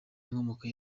inkomoko